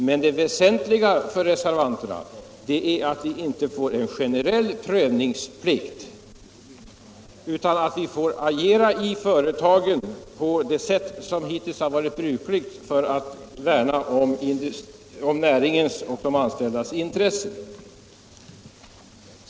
Men det vä sentliga för reservanterna är att vi inte får en generell prövningsplikt utan kan agera i företagen på det sätt som hittills har varit brukligt för att värna om näringens och de anställdas intressen.